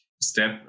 step